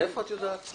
מאיפה את יודעת?